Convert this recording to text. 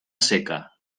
seca